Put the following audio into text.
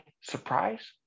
surprise